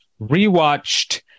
rewatched